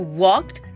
walked